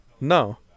no